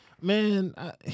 Man